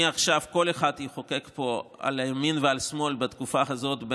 מעכשיו כל אחד יחוקק פה על ימין ועל שמאל בתקופה הזאת,